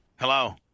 Hello